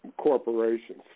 corporations